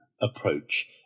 approach